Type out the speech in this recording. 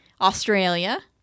Australia